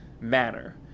manner